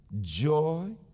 joy